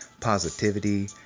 positivity